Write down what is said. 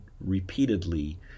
repeatedly